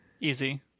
easy